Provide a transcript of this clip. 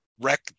wreck